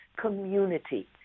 community